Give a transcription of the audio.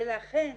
ולכן